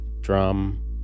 drum